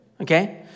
okay